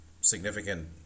significant